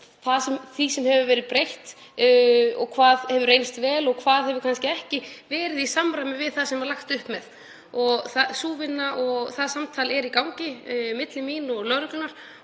breytt hefur verið og hvað hefur reynst vel og hvað hefur ekki verið í samræmi við það sem lagt var upp með? Sú vinna og það samtal er í gangi milli mín og lögreglunnar